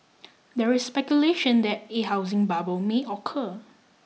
there is speculation that A housing bubble may occur